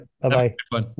Bye-bye